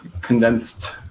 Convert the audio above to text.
condensed